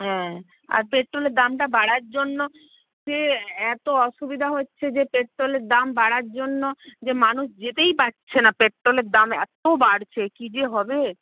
হ্যাঁ আর পেট্টোলের দামটা বাড়ার জন্য যে এ এত্ত অসুবিধা হচ্ছে যে পেট্টোলের দাম বাড়ার জন্য যে মানুষ যেতেই পাচ্ছে না পেট্টোলের দাম এত্ত বাড়ছে কী যে হবে